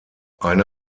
eine